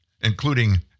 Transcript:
including